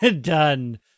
Done